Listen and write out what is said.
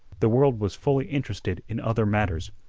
the world was fully interested in other matters.